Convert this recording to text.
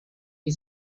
die